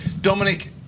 Dominic